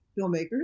filmmakers